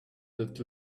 that